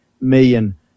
million